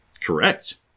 Correct